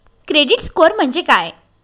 Credit score म्हणजे काय?